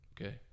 okay